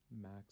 Max